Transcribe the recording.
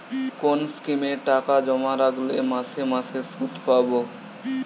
কোন স্কিমে টাকা জমা রাখলে মাসে মাসে সুদ পাব?